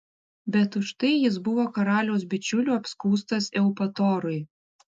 bet už tai jis buvo karaliaus bičiulių apskųstas eupatorui